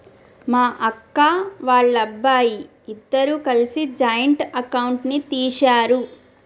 మా అక్క, వాళ్ళబ్బాయి ఇద్దరూ కలిసి జాయింట్ అకౌంట్ ని తీశారు